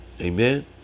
Amen